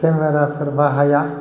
केमेराफोर बाहाया